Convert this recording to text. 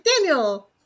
Daniel